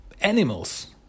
animals